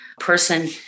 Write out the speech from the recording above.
person